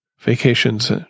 vacations